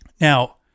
Now